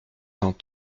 cent